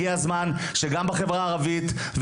הגיע הזמן שגם בחברה הערבית,